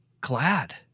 glad